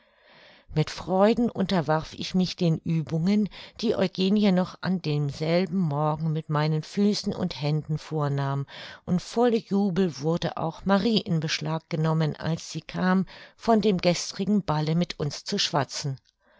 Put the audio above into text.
mit freuden unterwarf ich mich den uebungen die eugenie noch an demselben morgen mit meinen füßen und händen vornahm und voll jubel wurde auch marie in beschlag genommen als sie kam von dem gestrigen balle mit uns zu schwatzen